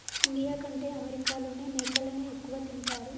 India కంటే అమెరికాలోనే మేకలని ఎక్కువ తింటారు